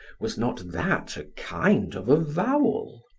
was not that a kind of avowal?